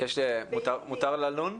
מותר ללון?